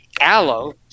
aloe